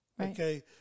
okay